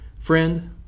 Friend